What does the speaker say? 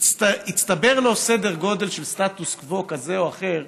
והצטבר לו סדר גודל של סטטוס קוו כזה או אחר,